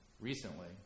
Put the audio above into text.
recently